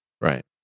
Right